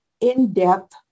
in-depth